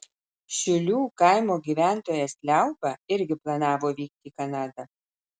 šiulių kaimo gyventojas liauba irgi planavo vykti į kanadą